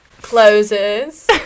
closes